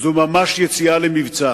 זו ממש יציאה למבצע,